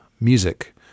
Music